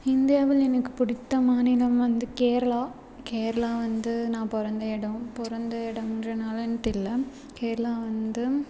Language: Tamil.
இந்தியாவில் எனக்கு பிடித்த மாநிலம் வந்து கேரளா கேரளா வந்து நான் பிறந்த இடம் பிறந்த இடம்ன்றனாலன்னு தெரியல கேரளா வந்து